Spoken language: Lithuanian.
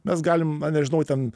mes galim na nežinau ten